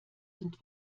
sind